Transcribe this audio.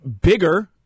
bigger